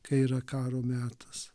kai yra karo metas